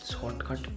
shortcut